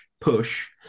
Push